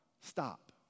stop